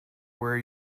where